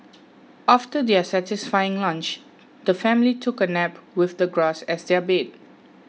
after their satisfying lunch the family took a nap with the grass as their bed